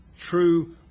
true